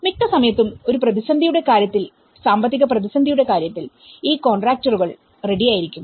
മിക്ക സമയത്തും ഒരു പ്രതിസന്ധിയുടെ കാര്യത്തിൽ സാമ്പത്തിക പ്രതിസന്ധിയുടെ കാര്യത്തിൽ ഈ കോൺട്രാക്ടറുകൾ റെഡി ആയിരിക്കും